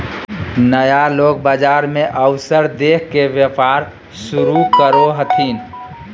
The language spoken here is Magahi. नया लोग बाजार मे अवसर देख के व्यापार शुरू करो हथिन